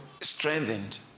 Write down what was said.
strengthened